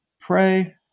Pray